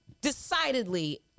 decidedly